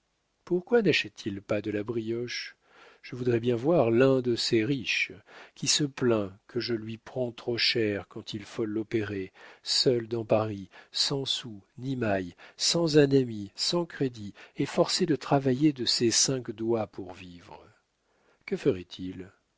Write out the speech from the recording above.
pourquoi nachète t il pas de la brioche je voudrais bien voir l'un de ces riches qui se plaint que je lui prends trop cher quand il faut l'opérer seul dans paris sans sou ni maille sans un ami sans crédit et forcé de travailler de ses cinq doigts pour vivre que ferait-il